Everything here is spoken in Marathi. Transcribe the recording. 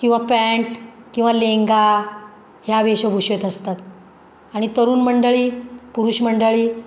किंवा पॅन्ट किंवा लेंगा ह्या वेशभूषेत असतात आणि तरुण मंडळी पुरुष मंडळी